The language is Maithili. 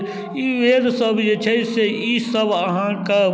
एतेक उपाय हमसब हदो घड़ी तैयारी कए लै छी